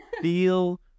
feel